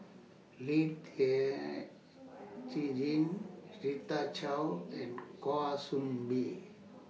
Lee Rita Chao and Kwa Soon Bee